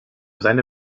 seine